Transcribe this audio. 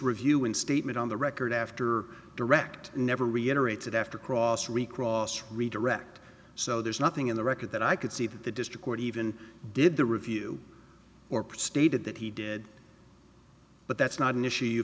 reviewing statement on the record after direct never reiterated after cross recross redirect so there's nothing in the record that i could see that the district court even did the review or pre stated that he did but that's not an issue you